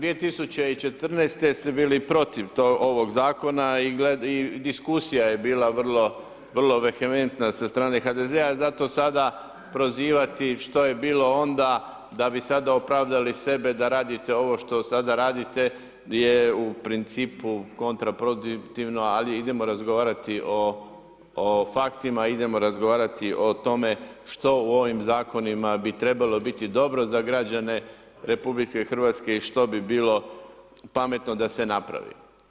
2014.-te su bili protiv ovog Zakona i diskusija je bila vrlo vehementna sa strane HDZ-a, zato sada prozivati šta je bilo onda da bi sada opravdali sebe da radite ovo što sada radite je u principu kontraproduktivno, ali idemo razgovarati o faktima, idemo razgovarati o tome što u ovim Zakonima bi trebalo biti dobro za građane RH i što bi bilo pametno da se napravi.